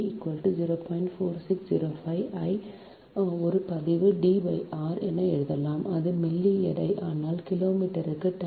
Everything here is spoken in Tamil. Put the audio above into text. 4605 I ஒரு பதிவு D r என எழுதலாம் அது மில்லி எடை ஆனால் கிலோமீட்டருக்கு டன்